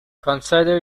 consider